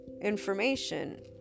information